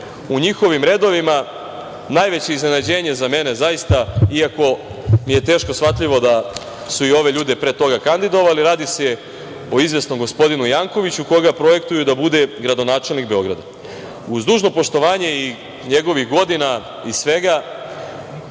u njihovim redovima, najveće iznenađenje za mene zaista, iako mi je teško shvatljivo da su i ove ljude pre toga kandidovali. Radi se o izvesnom gospodinu Jankoviću koga projektuju da bude gradonačelnik Beograda. Uz dužno poštovanje i njegovih godina i svega,